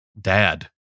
dad